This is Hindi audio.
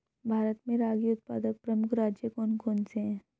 भारत में रागी उत्पादक प्रमुख राज्य कौन कौन से हैं?